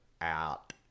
out